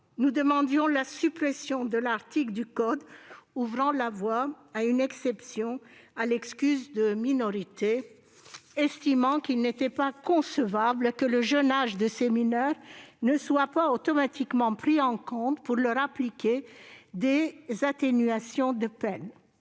Nous demandions la suppression de l'article du code ouvrant la voie à une exception à l'excuse de minorité, estimant qu'il n'était pas concevable que le jeune âge de ces mineurs ne soit pas automatiquement pris en compte pour leur appliquer des atténuations de peine.